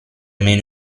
meno